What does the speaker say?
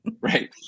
Right